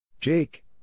Jake